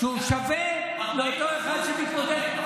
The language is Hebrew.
שהוא שווה לאותו אחד שמתמודד.